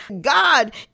God